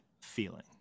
feeling